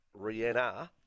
Rihanna